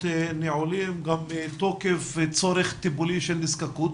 נעולים גם מתוקף צורך טיפולי של נזקקות,